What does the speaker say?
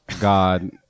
God